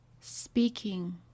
speaking